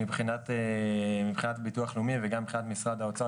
מבחינת ביטוח לאומי וגם מבחינת משרד האוצר,